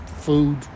food